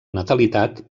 natalitat